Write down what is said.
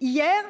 Hier